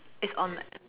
it's on